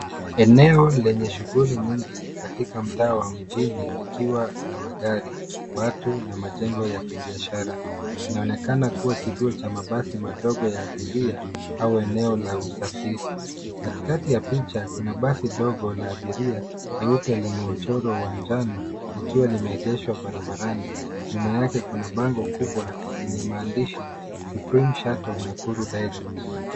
Eneo lenye shughli nyingi katika mtaa wa mjini likwa na magari, watu na majengo ya kibiashara. Inaonekana kuwa kituo cha mabasi ya abiria au eneo la usafiri. Katikati ya picha kuna basi dogo la abiria jeupe, lenye mchoro wa njano likiwa limeegeshwa barabarani. Nyuma yake kuna bango kubwa lenye maandishi Supreme shuttle , Nakuru.